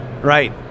Right